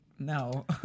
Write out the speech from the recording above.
No